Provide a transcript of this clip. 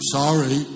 sorry